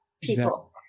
people